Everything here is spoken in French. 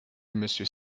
monsieur